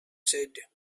said